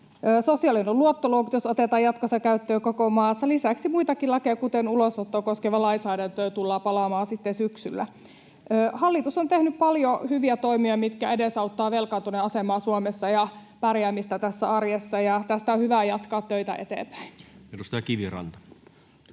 Sosiaalinen luottoluokitus otetaan jatkossa käyttöön koko maassa. Lisäksi on muitakin lakeja, kuten ulosottoa koskeva lainsäädäntö, johon tullaan palaamaan sitten syksyllä. Hallitus on tehnyt paljon hyviä toimia, mitkä edesauttavat velkaantuneen asemaa Suomessa ja pärjäämistä tässä arjessa, ja tästä on hyvä jatkaa töitä eteenpäin. [Speech 32]